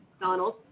Donald